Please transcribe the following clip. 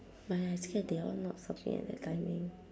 but I scared they all not stopping at that timing